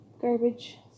Garbage